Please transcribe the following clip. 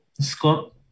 Scott